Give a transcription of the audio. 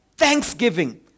thanksgiving